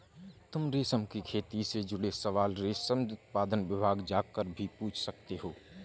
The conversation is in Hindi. तुम रेशम की खेती से जुड़े सवाल रेशम उत्पादन विभाग जाकर भी पूछ सकते हो